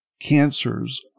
cancers